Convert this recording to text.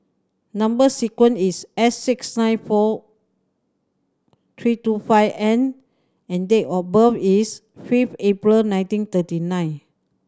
number sequence is S six nine four three two five N and date of birth is fifth April nineteen thirty nine